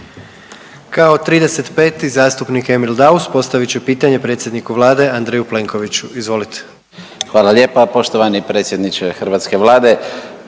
Kao 35. zastupnik Emil Daus postavit će pitanje predsjedniku Vlade Andreju Plenkoviću, izvolite. **Daus, Emil (IDS)** Hvala lijepa. Poštovani predsjedniče hrvatske Vlade,